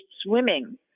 swimming